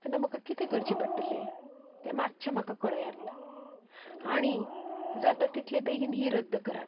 तेन्ना म्हाका कितें करचें पडटलें तें मातशें म्हाका कळयात आनी जाता तितले बेगीन ती रद्द करात